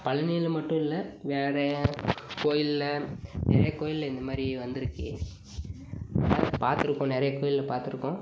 பழனியில் மட்டும் இல்லை வேறு கோயிலில் நிறைய கோயிலில் இந்த மாதிரி வந்திருக்கு பார்த்துருப்போம் நிறைய கோயிலில் பார்த்துருப்போம்